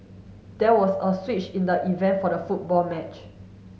there was a switch in the event for the football match